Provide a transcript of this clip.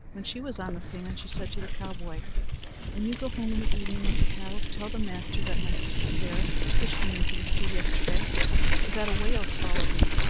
when she was on the sand she said to the cowboy when you go home in the evening with the cows, tell the master that my sister fair pushed me into the sea yesterday that a whale swallowed me,